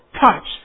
touch